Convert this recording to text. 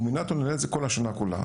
הוא מינה אותנו לנהל את זה במשך השנה כולה.